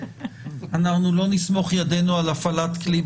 אנחנו לא נסמוך ידינו על הפלת כלי,